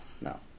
No